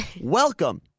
welcome